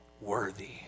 worthy